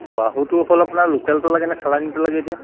বাহুটো হ'ল আপোনাৰ লোকেলটো লাগেনে চালানিটো লাগে এতিয়া